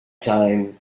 time